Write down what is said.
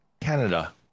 Canada